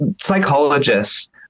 psychologists